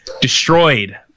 destroyed